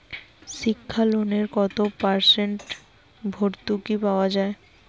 শিক্ষা লোনে কত পার্সেন্ট ভূর্তুকি পাওয়া য়ায়?